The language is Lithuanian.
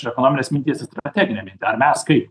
ir ekonomines minties į strateginę mintį ar mes kaip